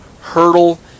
hurdle